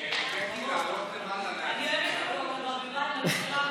אני אוהבת את אורנה ברביבאי.